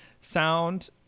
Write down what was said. sound